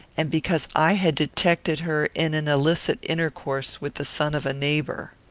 and because i had detected her in an illicit intercourse with the son of a neighbour.